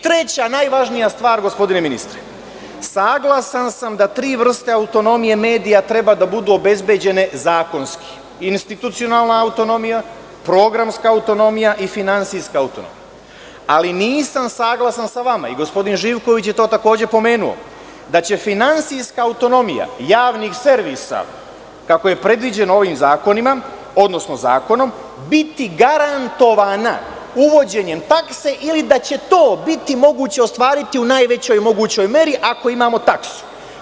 Treća najvažnija stvar, gospodine ministre, saglasan sam da tri vrste autonomije medija treba da budu obezbeđene zakonski – institucionalna autonomija, programska autonomija i finansijska autonomija, ali nisam saglasan sa vama, i gospodin Živković je to takođe pomenuo, da će finansijska autonomija javnih servisa, kako je predviđeno ovim zakonima, odnosno zakonom, biti garantovana uvođenjem takse ili da će to biti moguće ostvariti u najvećoj mogućoj meri ako imamo taksu.